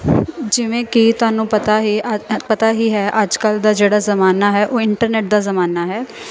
ਜਿਵੇਂ ਕਿ ਤੁਹਾਨੂੰ ਪਤਾ ਹੀ ਅੱ ਪਤਾ ਹੀ ਹੈ ਅੱਜ ਕੱਲ੍ਹ ਦਾ ਜਿਹੜਾ ਜ਼ਮਾਨਾ ਹੈ ਉਹ ਇੰਟਰਨੈਟ ਦਾ ਜ਼ਮਾਨਾ ਹੈ